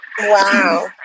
Wow